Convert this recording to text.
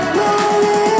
lonely